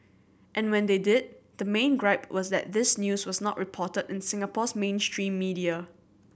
and when they did the main gripe was that this news was not reported in Singapore's mainstream media